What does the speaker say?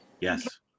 Yes